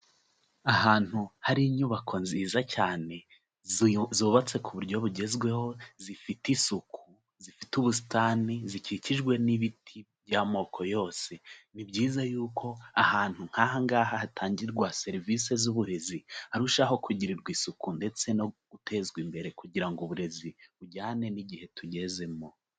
Ahantu hari inyubako nziza cyane, zubatse ku buryo bugezweho, zifite isuku, zifite ubusitani, zikikijwe n'ibiti by'amoko yose, ni byiza yuko ahantu nk'aha ngaha hatangirwa serivisi z'uburezi harushaho kugirirwa isuku ndetse no gutezwa imbere kugira ngo uburezi bujyane n'igihe tugezemo.